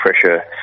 pressure